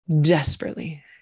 desperately